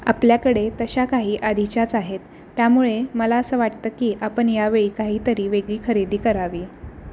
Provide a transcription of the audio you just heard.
आपल्याकडे तशा काही आधीच्याच आहेत त्यामुळे मला असं वाटतं की आपण यावेळी काहीतरी वेगळी खरेदी करावी